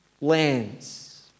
lands